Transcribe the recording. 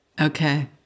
Okay